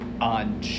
on